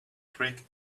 trick